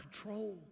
control